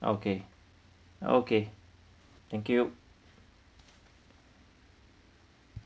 okay okay thank you